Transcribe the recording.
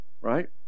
Right